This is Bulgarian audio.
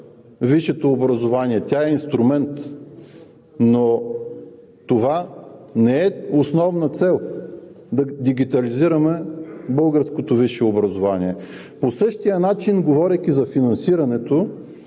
висшето образование, тя е инструмент, но това не е основна цел – да дигитализираме българското висше образование. По същия начин, говорейки за финансирането,